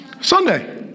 Sunday